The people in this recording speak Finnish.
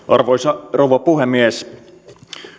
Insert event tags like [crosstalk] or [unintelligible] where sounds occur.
[unintelligible] arvoisa rouva puhemies